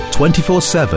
24/7